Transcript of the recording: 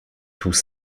tous